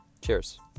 Cheers